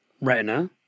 retina